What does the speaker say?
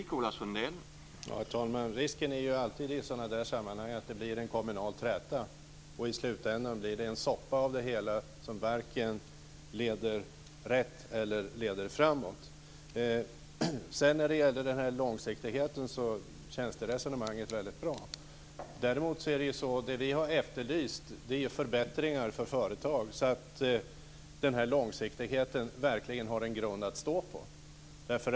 Herr talman! Risken är alltid i sådana sammanhang att det blir en kommunal träta. I slutändan blir det en soppa av det hela som varken leder rätt eller leder framåt. Resonemanget om långsiktigheten känns väldigt bra. Det som vi har efterlyst är förbättringar för företag så att långsiktigheten verkligen har en grund att stå på.